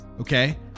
Okay